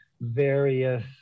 various